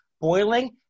boiling